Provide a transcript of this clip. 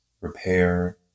repair